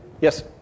Yes